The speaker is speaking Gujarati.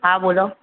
હા બોલો